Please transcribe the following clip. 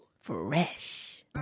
Fresh